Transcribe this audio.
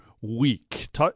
Week